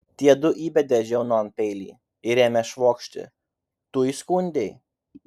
tiedu įbedė žiaunon peilį ir ėmė švokšti tu įskundei